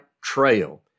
trail